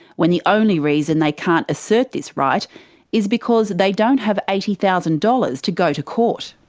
when the only reason they can't assert this right is because they don't have eighty thousand dollars to go to court.